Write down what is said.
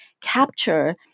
capture